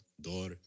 Dor